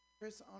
chris